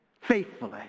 faithfully